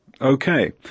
Okay